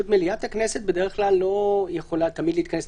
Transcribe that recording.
מליאת הכנסת לא יכולה תמיד להתכנס.